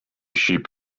sheep